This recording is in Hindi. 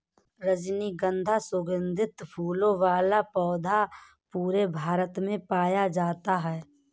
रजनीगन्धा सुगन्धित फूलों वाला पौधा पूरे भारत में पाया जाता है